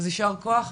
אז יישר כוח,